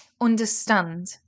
understand